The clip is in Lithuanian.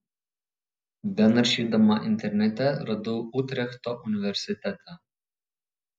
benaršydama internete radau utrechto universitetą